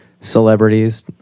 celebrities